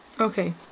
Okay